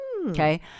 Okay